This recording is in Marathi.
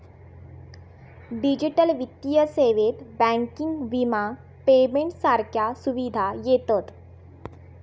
डिजिटल वित्तीय सेवेत बँकिंग, विमा, पेमेंट सारख्या सुविधा येतत